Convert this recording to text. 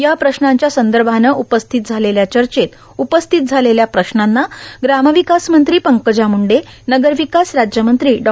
या प्रश्नांच्या संदभाने उपस्थित झालेल्या चचत उपस्थित झालेल्या प्रश्नांना ग्रार्मावकास मंत्री पंकजा मुंडे नगर्रावकास राज्यमंत्री डॉ